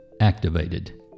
activated